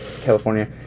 California